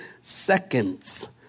seconds